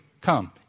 come